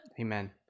Amen